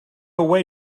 way